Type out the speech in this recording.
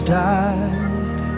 died